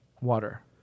Water